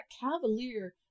cavalier